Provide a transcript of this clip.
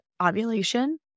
ovulation